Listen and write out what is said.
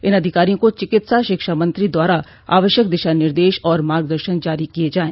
इन अधिकारियों को चिकित्सा शिक्षा मंत्री द्वारा आवश्यक दिशा निर्देश और मार्गदर्शन जारी किये जायें